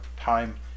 time